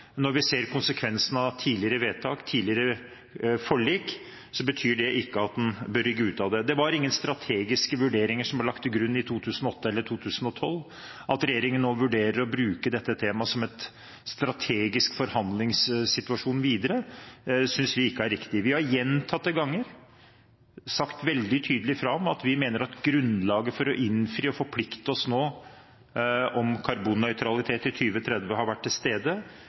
Når vi ser konsekvensen av tidligere vedtak og tidligere forlik, betyr det ikke at en bør rygge ut av det. Det var ingen strategiske vurderinger som ble lagt til grunn i 2008 eller 2012. At regjeringen nå vurderer å bruke dette temaet som en strategisk forhandlingssituasjon videre, synes vi ikke er riktig. Vi har gjentatte ganger sagt veldig tydelig fra om at vi mener at grunnlaget for å innfri og forplikte oss nå om karbonnøytralitet i 2030 har vært til stede.